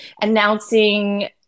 announcing